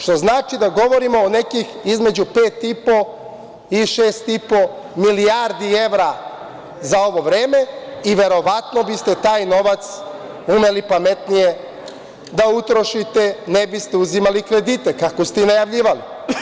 Što znači da govorimo o nekih između pet i po i šest i po milijardi evra za ovo vreme i verovatno biste taj novac umeli pametnije da utrošite, ne biste uzimali kredite kako ste i najavljivali.